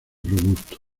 robusto